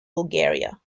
bulgaria